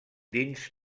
dins